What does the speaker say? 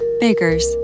Baker's